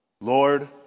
Lord